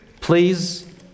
please